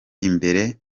imbere